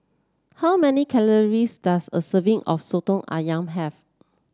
how many calories does a serving of soto ayam have